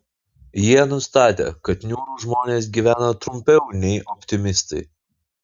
jie nustatė kad niūrūs žmonės gyvena trumpiau nei optimistai